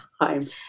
time